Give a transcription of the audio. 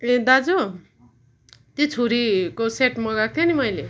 ए दाजु त्यो छुरीको सेट मगाएको थिएँ नि मैले